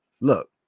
look